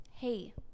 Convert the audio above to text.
hey